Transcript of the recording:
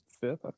fifth